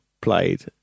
played